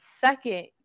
second